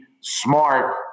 smart